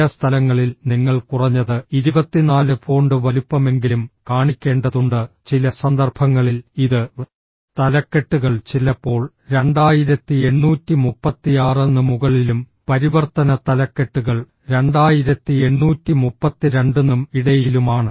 ചില സ്ഥലങ്ങളിൽ നിങ്ങൾ കുറഞ്ഞത് 24 ഫോണ്ട് വലുപ്പമെങ്കിലും കാണിക്കേണ്ടതുണ്ട് ചില സന്ദർഭങ്ങളിൽ ഇത് തലക്കെട്ടുകൾ ചിലപ്പോൾ 2836 ന് മുകളിലും പരിവർത്തന തലക്കെട്ടുകൾ 2832 നും ഇടയിലുമാണ്